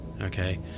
okay